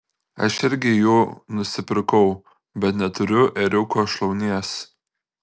aš irgi jų nusipirkau bet neturiu ėriuko šlaunies